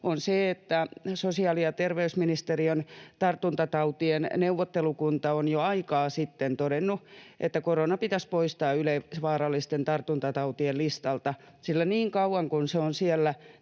on se, että sosiaali‑ ja terveysministeriön tartuntatautien neuvottelukunta on jo aikaa sitten todennut, että korona pitäisi poistaa yleisvaarallisten tartuntatautien listalta, sillä niin kauan kuin se on siellä,